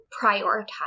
prioritize